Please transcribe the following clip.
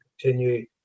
continue